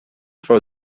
for